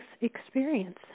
experience